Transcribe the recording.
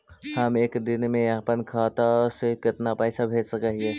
हम एक दिन में अपन खाता से कितना पैसा भेज सक हिय?